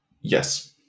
Yes